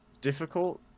difficult